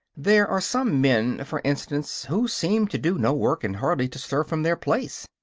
there are some men, for instance, who seem to do no work and hardly to stir from their place.